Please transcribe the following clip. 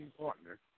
partner